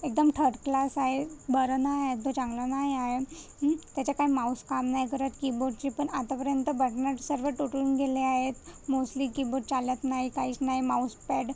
एकदम थड क्लास आहे बरा नाही तो चांगला नाही आहे त्याचा काय माऊस काम नाही करत कीबोर्डची पण आतापर्यंत बटनं सर्व तुटून गेले आहेत मोसली कीबोड चालत नाही काहीच नाही माऊस पॅड